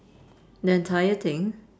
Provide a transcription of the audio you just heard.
the entire thing